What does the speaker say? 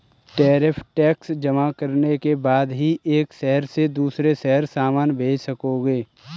tariff tax जमा करने के बाद ही एक शहर से दूसरे शहर सामान भेज सकोगे